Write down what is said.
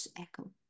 echo